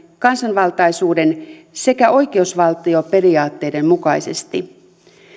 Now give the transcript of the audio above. kansanvaltaisuuden sekä oikeusvaltioperiaatteiden mukaisesti